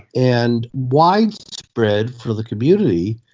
and widespread, for the community,